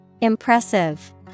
Impressive